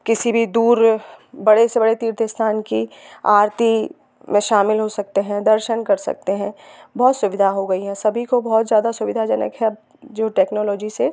किसी भी दूर बड़े से बड़े तीर्थ स्थान की आरती में शामिल हो सकते हैं दर्शन कर सकते हैं बहुत सुविधा हो गई हैं सभी को बहुत ज़्यादा सुविधाजनक है जो टेक्नोलॉजी से